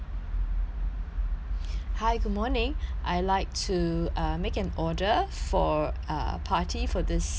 hi good morning I'd like to uh make an order for a party for this evening